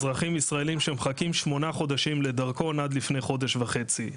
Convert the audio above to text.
באזרחים ישראליים שמחכים שמונה חודשים לדרכון עד לפני חודש וחצי.